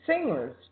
singers